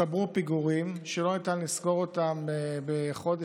הצטברו פיגורים שלא ניתן לסגור אותם בחודש